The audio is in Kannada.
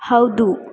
ಹೌದು